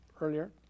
earlier